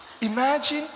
Imagine